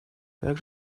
как